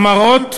המראות,